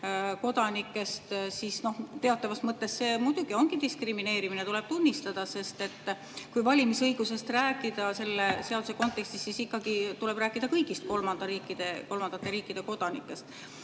kodanikest ning teatavas mõttes see muidugi ongi diskrimineerimine, tuleb tunnistada, sest kui valimisõigusest rääkida selle seaduse kontekstis, siis tuleb rääkida ikkagi kõigist kolmandate riikide kodanikest.